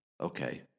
okay